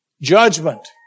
Judgment